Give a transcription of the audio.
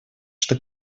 что